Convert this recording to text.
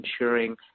ensuring